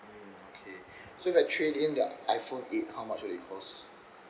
okay so if I trade in the iphone eight how much will it cost